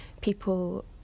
people